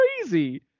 crazy